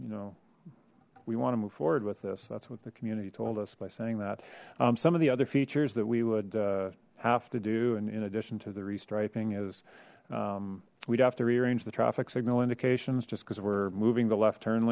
you know we want to move forward with this that's what the community told us by saying that some of the other features that we would have to do and in addition to the restriping is we'd have to rearrange the traffic signal indications just because we're moving the left turn